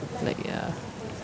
like ya